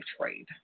trade